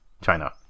China